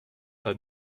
pas